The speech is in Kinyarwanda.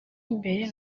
imbere